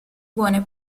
buone